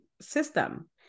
system